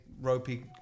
ropey